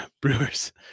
Brewers